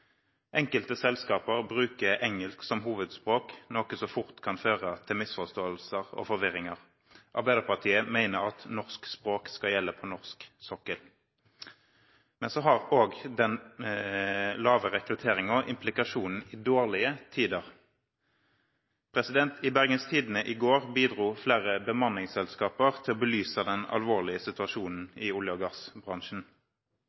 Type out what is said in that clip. Enkelte selskaper bruker engelsk som hovedspråk, noe som fort kan føre til misforståelser og forvirring. Arbeiderpartiet mener at norsk språk skal gjelde på norsk sokkel. Men så har også den lave rekrutteringen implikasjoner i dårlige tider. I Bergens Tidende i går bidro flere bemanningsselskaper til å belyse den alvorlige